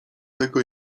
tego